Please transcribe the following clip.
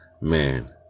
man